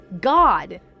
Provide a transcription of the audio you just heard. God